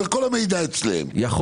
הכול יש חלו.